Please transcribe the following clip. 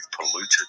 polluted